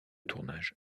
tournage